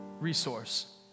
resource